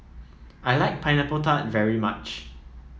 I like Pineapple Tart very much